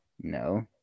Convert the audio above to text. No